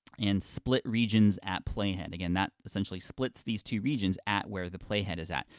and split regions at playhead. again, that essentially splits these two regions at where the playhead is at.